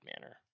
manner